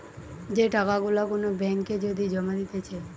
যে টাকা গুলা কোন ব্যাঙ্ক এ যদি জমা দিতেছে